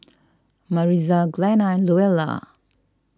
Maritza Glenna and Luella